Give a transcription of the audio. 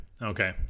Okay